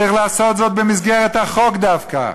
צריך לעשות זאת במסגרת החוק דווקא,